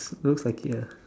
looks like it ah